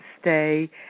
stay